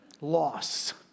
loss